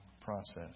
process